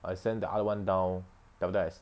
I send the other [one] down then after that I